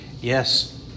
Yes